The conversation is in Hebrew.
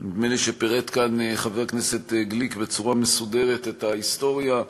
נדמה לי שפירט כאן חבר הכנסת גליק בצורה מסודרת את ההיסטוריה.